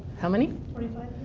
how many? twenty five